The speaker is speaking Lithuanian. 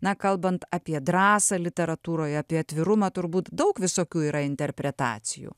na kalbant apie drąsą literatūroje apie atvirumą turbūt daug visokių yra interpretacijų